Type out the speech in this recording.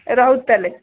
ରହୁଛି ତା'ହେଲେ